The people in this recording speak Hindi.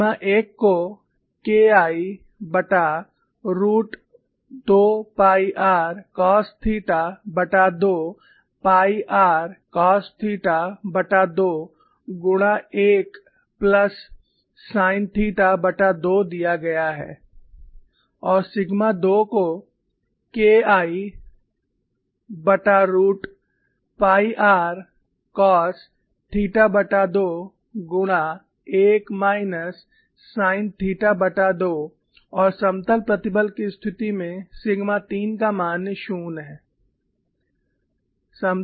सिग्मा 1 को KIरूट 2 पाई r कॉस थीटा2 पाई r कॉस थीटा2 गुणा 1 प्लस साइन थीटा2 दिया गया है और सिग्मा 2 को KIरूट 2 पाई r कोस थीटा2 गुणा 1 माइनस साइन थीटा2 और समतल प्रतिबल की स्थिति में सिग्मा 3 का मान 0 है